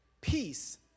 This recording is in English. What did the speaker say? Peace